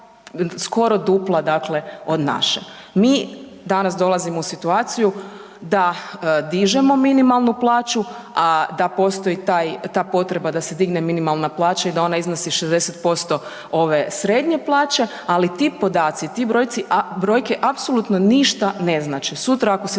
skoro dupla dakle od naše. Mi danas dolazimo u situaciju da dižemo minimalnu plaću, a da postoji taj, ta potreba da se digne minimalna plaća i da ona iznosi 60% ove srednje plaće, ali ti podaci ti brojci, brojke apsolutno ne znače. Sutra ako se